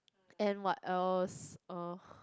and what else uh